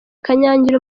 kanyangira